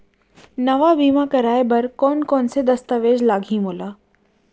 नवा बीमा करवाय बर कोन कोन स दस्तावेज लागही मोला?